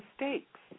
mistakes